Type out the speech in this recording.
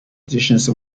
editions